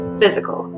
physical